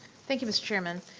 thank you mr. chairman.